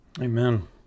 Amen